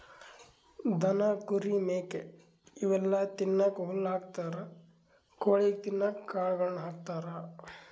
ದನ ಕುರಿ ಮೇಕೆ ಇವೆಲ್ಲಾ ತಿನ್ನಕ್ಕ್ ಹುಲ್ಲ್ ಹಾಕ್ತಾರ್ ಕೊಳಿಗ್ ತಿನ್ನಕ್ಕ್ ಕಾಳುಗಳನ್ನ ಹಾಕ್ತಾರ